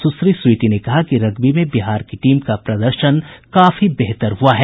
सुश्री स्वीटी ने कहा कि रग्बी में बिहार की टीम का प्रदर्शन काफी बेहतर हुआ है